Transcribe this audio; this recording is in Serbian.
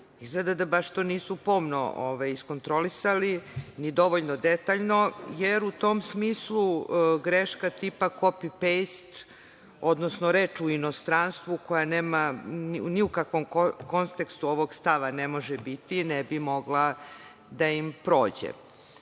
izgleda da to baš nisu pomno iskontrolisali ni dovoljno detaljno, jer u tom smislu, greška tipa kopipejst, odnosno reč u inostranstvu koja nema ni u kakvom kontekstu ovog stava ne može biti, ne bi mogla da im prođe. Tako